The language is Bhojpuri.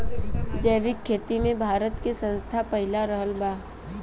जैविक खेती मे भारत के स्थान पहिला रहल बा